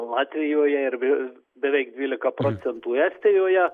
latvijoje ir vi beveik dvylika procentų estijoje